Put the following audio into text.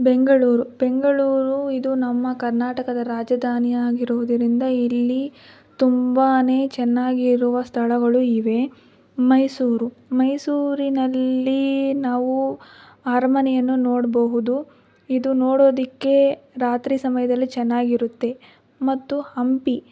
ಬೆಂಗಳೂರು ಬೆಂಗಳೂರು ಇದು ನಮ್ಮ ಕರ್ನಾಟಕದ ರಾಜಧಾನಿಯಾಗಿರುವುದರಿಂದ ಇಲ್ಲಿ ತುಂಬಾ ಚೆನ್ನಾಗಿರುವ ಸ್ಥಳಗಳು ಇವೆ ಮೈಸೂರು ಮೈಸೂರಿನಲ್ಲಿ ನಾವು ಅರಮನೆಯನ್ನು ನೋಡಬಹುದು ಇದು ನೋಡೋದಕ್ಕೆ ರಾತ್ರಿ ಸಮಯದಲ್ಲಿ ಚೆನ್ನಾಗಿರುತ್ತೆ ಮತ್ತು ಹಂಪಿ